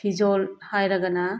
ꯐꯤꯖꯣꯜ ꯍꯥꯏꯔꯒꯅ